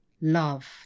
love